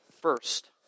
First